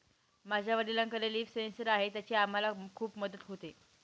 माझ्या वडिलांकडे leaf sensor आहे त्याची आम्हाला खूप मदत होते